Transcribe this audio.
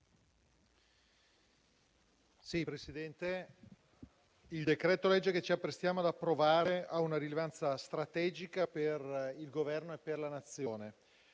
il decreto-legge che ci apprestiamo ad approvare ha una rilevanza strategica per il Governo e per la Nazione.